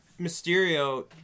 Mysterio